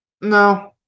No